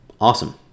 Awesome